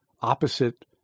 opposite